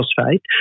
phosphate